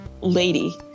lady